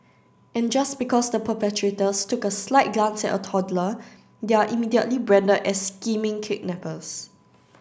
and just because the perpetrators took a slight glance at a toddler they are immediately branded as scheming kidnappers